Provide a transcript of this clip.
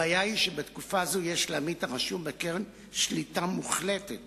הבעיה היא שבתקופה זו יש לעמית הרשום בקרן שליטה מוחלטת